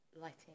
lighting